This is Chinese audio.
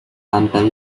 版本